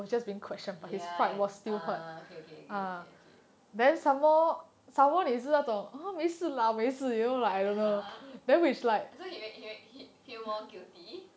ya err okay okay okay okay (uh huh) that's why he he feel more guilty